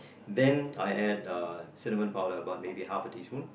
then I add uh cinnamon powder by maybe half a teaspoon